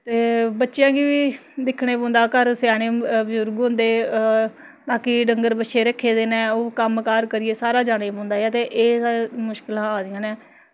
ते बच्चेआं गी बी दिक्खने पौंदा घर स्यानें बजुर्ग होंदे बाकी डंगर बच्छे रक्खे दे न ओह् कम्म कार करियै सारा जाना पौंदा ऐ ते एह्दा मुश्कलां होआ दियां न ते